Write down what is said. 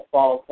Fall